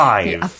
Five